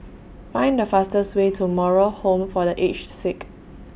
Find The fastest Way to Moral Home For The Aged Sick